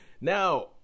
Now